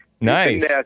nice